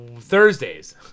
Thursdays